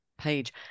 page